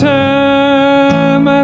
time